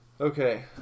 Okay